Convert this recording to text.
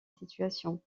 situation